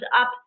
up